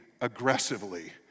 aggressively